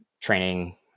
training